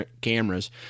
cameras